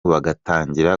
bagatangira